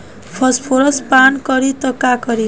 Phosphorus पान करी त का करी?